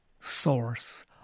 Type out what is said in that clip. source